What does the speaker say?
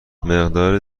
مقدار